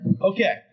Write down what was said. Okay